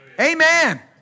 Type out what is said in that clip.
Amen